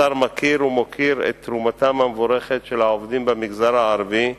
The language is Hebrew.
השר מכיר ומוקיר את תרומתם המבורכת של העובדים מהמגזר הערבי,